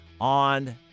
on